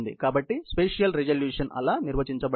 కాబట్టి spatial resolution ఆలా నిర్వచించబడింది